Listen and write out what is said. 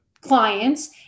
clients